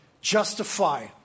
justify